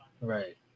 right